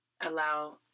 Allow